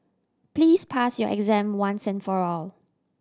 please pass your exam once and for all